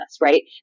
right